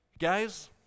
Guys